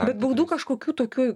bet baudų kažkokių tokių